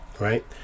right